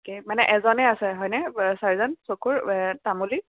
okay মানে এজনেই আছে হয়নে মানে ছাৰ্জন চকুৰ তামুলী